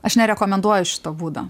aš nerekomenduoju šito būdo